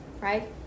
Right